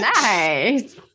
Nice